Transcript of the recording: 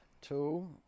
two